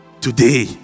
today